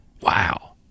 wow